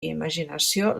imaginació